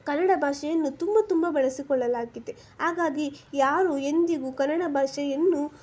ಕನ್ನಡ ಭಾಷೆಯನ್ನು ತುಂಬ ತುಂಬ ಬಳಸಿಕೊಳ್ಳಲಾಗಿದೆ ಹಾಗಾಗಿ ಯಾರು ಎಂದಿಗೂ ಕನ್ನಡ ಭಾಷೆಯನ್ನು